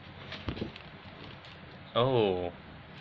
oh